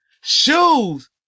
Shoes